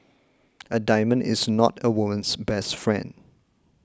a diamond is not a woman's best friend